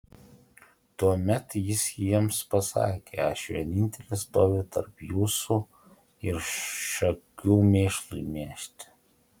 tuomet jis jiems pasakė aš vienintelis stoviu tarp jūsų ir šakių mėšlui mėžti